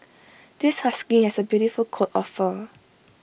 this husky has A beautiful coat of fur